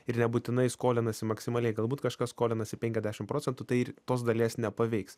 ir nebūtinai skolinasi maksimaliai galbūt kažkas skolinasi penkiadešim procentų tai ir tos dalies nepaveiks